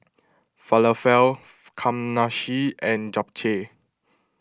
Falafel Kamameshi and Japchae